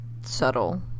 subtle